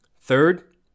Third